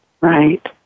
Right